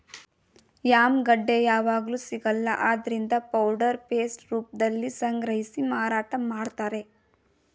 yam ಗೆಡ್ಡೆ ಯಾವಗ್ಲೂ ಸಿಗಲ್ಲ ಆದ್ರಿಂದ ಪೌಡರ್ ಪೇಸ್ಟ್ ರೂಪ್ದಲ್ಲಿ ಸಂಗ್ರಹಿಸಿ ಮಾರಾಟ ಮಾಡ್ತಾರೆ